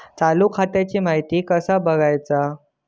चालू खात्याची माहिती कसा बगायचा?